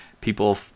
people